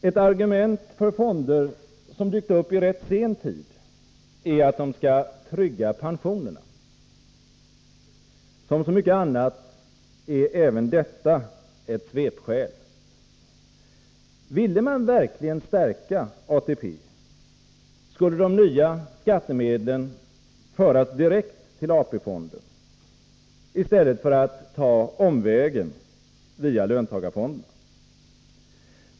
Ett argument för fonder, som dykt upp i rätt sen tid, är att de skall trygga pensionerna. Som så mycket annat är även detta ett svepskäl. Ville man verkligen stärka ATP, skulle de nya skattemedlen föras direkt till AP-fonden i stället för att ta omvägen via löntagarfonderna.